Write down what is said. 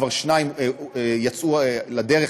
כבר שניים יצאו לדרך,